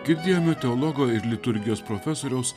girdėjome teologo ir liturgijos profesoriaus